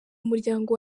umuryango